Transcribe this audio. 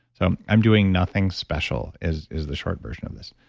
so i'm doing nothing special is is the short version of this.